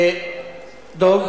דב?